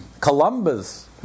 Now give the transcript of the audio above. Columbus